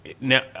Now